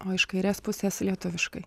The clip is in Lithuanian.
o iš kairės pusės lietuviškai